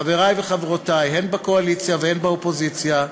חברי וחברותי, הן בקואליציה והן באופוזיציה,